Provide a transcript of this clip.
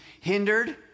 hindered